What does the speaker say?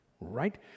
right